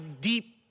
deep